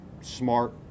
smart